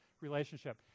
relationship